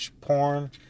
porn